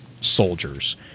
soldiers